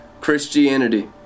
Christianity